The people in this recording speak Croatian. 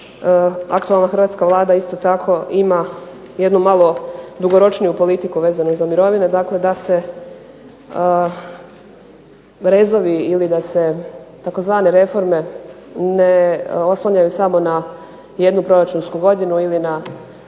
aktualna hrvatska Vlada isto tako ima jednu malo dugoročniju politiku vezano za mirovine, dakle da se rezovi ili da se tzv. reforme ne oslanjaju samo na jednu proračunsku godinu ili na